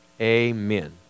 amen